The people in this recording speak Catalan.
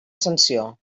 sanció